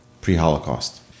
pre-Holocaust